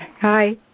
Hi